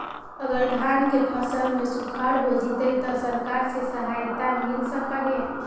अगर धान के फ़सल में सुखाड़ होजितै त सरकार से सहायता मिल सके हे?